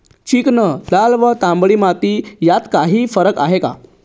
Chicken, लाल व तांबडी माती यात काही फरक आहे का?